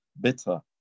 bitter